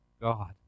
God